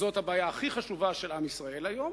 זאת הבעיה הכי חשובה של עם ישראל היום,